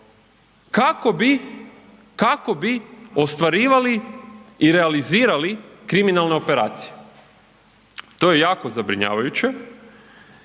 kako bi ostvarivali i realizirali kriminalne operacije. To je jako zabrinjavajuće,